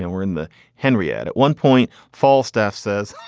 know, we're in the henry ad at one point, falstaff says